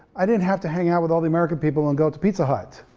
i didn't have to hang out with all the american people and go to pizza hut,